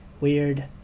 weird